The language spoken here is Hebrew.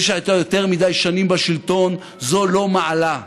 זה שאתה יותר מדי שנים בשלטון זה לא מעלה,